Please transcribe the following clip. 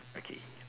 okay